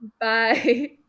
Bye